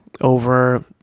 over